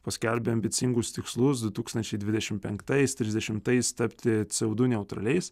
paskelbę ambicingus tikslus du tūkstančiai dvidešimt penktais trisdešimtais tapti co du neutraliais